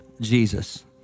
Jesus